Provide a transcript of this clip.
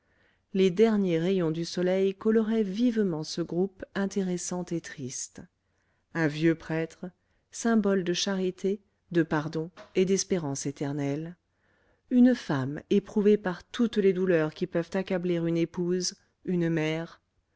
les derniers rayons du soleil coloraient vivement ce groupe intéressant et triste un vieux prêtre symbole de charité de pardon et d'espérance éternelle une femme éprouvée par toutes les douleurs qui peuvent accabler une épouse une mère